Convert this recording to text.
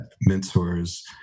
mentors